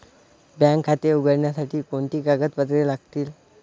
Bank खाते उघडण्यासाठी कोणती कागदपत्रे लागतील?